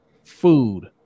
food